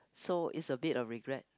so it's a bit of regret